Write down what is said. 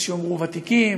יש יאמרו ותיקים,